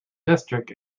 district